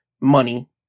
money